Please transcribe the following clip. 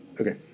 Okay